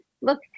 look